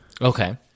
Okay